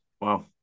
Wow